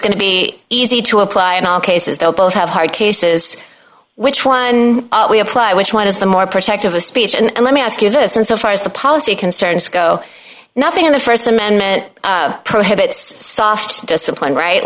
going to be easy to apply in all cases they'll both have hard cases which one we apply which one is the more protective a speech and let me ask you this insofar as the policy concerns go nothing in the st amendment prohibits soft discipline right